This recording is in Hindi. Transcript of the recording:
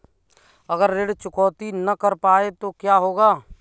अगर ऋण चुकौती न कर पाए तो क्या होगा?